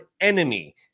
enemy